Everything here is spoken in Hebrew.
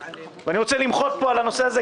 אני רוצה למחות פה על העניין הזה,